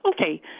Okay